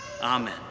Amen